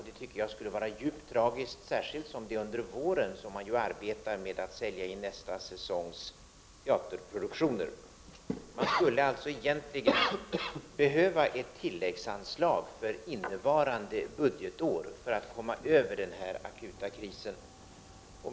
Det tycker jag skulle vara djupt tragiskt, särskilt som det är under våren som man arbetar med att sälja nästa säsongs teaterproduktioner. Man skulle alltså egentligen behöva ett tilläggsanslag för innevarande budgetår för att komma över den akuta krisen.